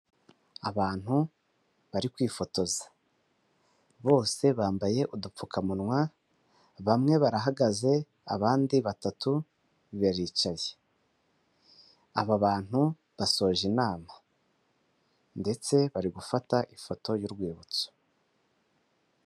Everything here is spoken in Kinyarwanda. Abantu bari kwifotoza bose bambaye udupfukamunwa bamwe barahagaze abandi batatu baricaye aba bantu basoje inama ndetse bari gufata ifoto y'urwibutso.